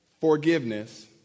forgiveness